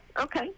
Okay